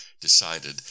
decided